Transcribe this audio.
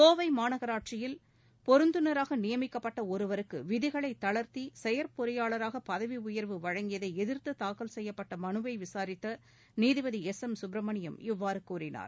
கோவை மாநகராட்சியில் பொருத்துநராக நியமிக்கப்பட்ட ஒருவருக்கு விதிகளை தளர்த்தி செயற் பொறியாளராக பதவி உயர்வு வழங்கியதை எதிர்த்து தாக்கல் செய்யப்பட்ட மனுவை விளரித்த நீதிபதி எஸ் எம் சுப்பிரமணியம் இவ்வாறு கூறினார்